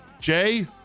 Jay